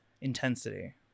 intensity